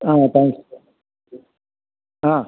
ആ thank you ആ